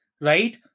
right